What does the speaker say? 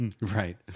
Right